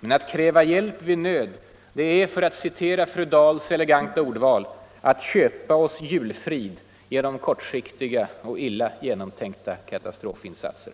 Men att kräva hjälp vid nöd är, för att citera fru Dahls eleganta ordval, att ”köpa oss julfrid genom kortsiktiga och illa genomtänkta katastrofinsatser.”